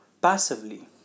passively